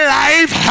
life